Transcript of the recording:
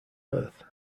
earth